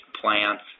plants